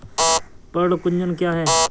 पर्ण कुंचन क्या है?